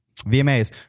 VMAs